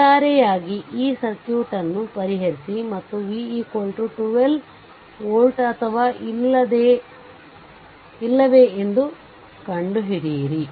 ಒಟ್ಟಾರೆಯಾಗಿ ಈ ಸರ್ಕ್ಯೂಟ್ ಅನ್ನು ಪರಿಹರಿಸಿ ಮತ್ತು v 12 volt ಅಥವಾ ಇಲ್ಲವೇ ಎಂದು ಕಂಡುಹಿಡಿಯಿರಿ